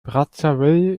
brazzaville